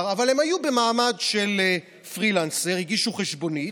אבל הם היו במעמד של פרילנסר והגישו חשבונית,